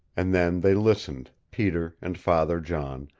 and then they listened, peter and father john,